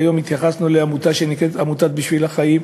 היום התייחסנו לעמותה שנקראת עמותת "בשביל החיים",